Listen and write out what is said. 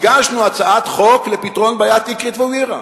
הגשנו הצעת חוק לפתרון בעיית אקרית ובירעם.